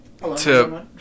Hello